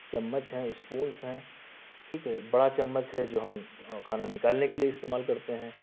چمچ ہیں اسپونس ہیں ٹھیک ہے بڑا چمچ ہے جو ہم کھانا نکالنے کے لئے استعمال کرتے ہیں